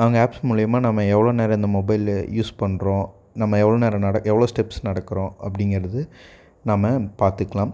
அவங்க ஆப்ஸ் மூலிமா நம்ம எவ்வளோ நேரம் இந்த மொபைல்லு யூஸ் பண்ணுறோம் நம்ம எவ்வளோ நேரம் நடக் எவ்வளோ ஸ்டெப்ஸ் நடக்கிறோம் அப்படிங்கறது நம்ம பார்த்துக்கலாம்